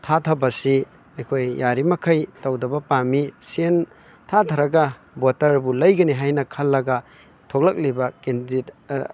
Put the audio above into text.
ꯊꯥꯊꯕ ꯑꯁꯤ ꯑꯩꯈꯣꯏ ꯌꯥꯔꯤꯕ ꯃꯈꯩ ꯇꯧꯗꯕ ꯄꯥꯝꯃꯤ ꯁꯦꯟ ꯊꯥꯊꯔꯒ ꯕꯣꯇꯔꯕꯨ ꯂꯩꯒꯅꯤ ꯍꯥꯏꯅ ꯈꯜꯂꯒ ꯊꯣꯛꯂꯛꯂꯤꯕ ꯀꯦꯟꯗꯤꯗꯦꯠ